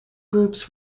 groups